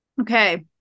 Okay